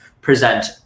present